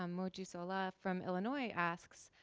um mojisola from illinois asks,